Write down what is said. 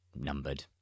numbered